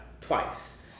twice